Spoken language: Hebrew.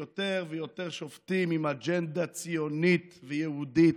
יותר ויותר שופטים עם אג'נדה ציונית ויהודית,